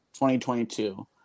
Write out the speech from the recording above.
2022